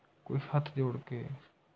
ਕੋਈ ਹੱਥ ਜੋੜ ਕੇ